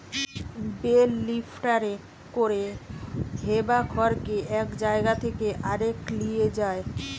bell লিফ্টারে করে হে বা খড়কে এক জায়গা থেকে আরেক লিয়ে যায়